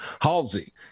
Halsey